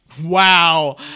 Wow